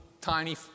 tiny